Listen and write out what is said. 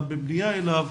גם בפנייה אליו,